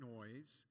Noise